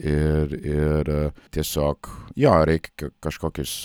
ir ir tiesiog jo jo reikia kažkokius